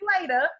later